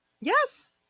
Yes